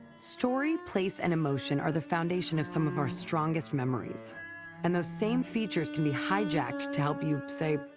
story, place and emotion are the foundation of some of our strongest memories and those same features can be hijacked to help you, say.